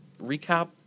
recap